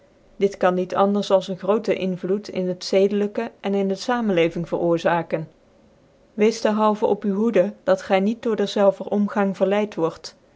dit kan niet anders als een groote invloed in het zedelijke en in de famcnleving veroorzaaken weeft dcrhalven op u hoede dat gy niet door dcrzclvcr omgang verleid word